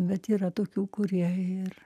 bet yra tokių kurie ir